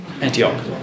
Antioch